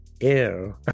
ew